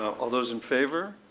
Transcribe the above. all those in favour?